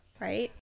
Right